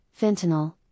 fentanyl